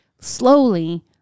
slowly